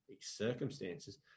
circumstances